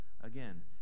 again